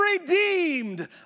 redeemed